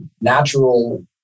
natural